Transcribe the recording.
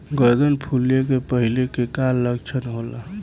गर्दन फुले के पहिले के का लक्षण होला?